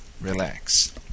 relax